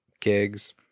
gigs